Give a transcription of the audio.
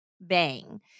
bang